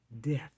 death